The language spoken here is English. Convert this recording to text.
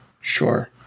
Sure